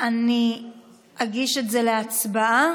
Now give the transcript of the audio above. אני אגיש את זה להצבעה.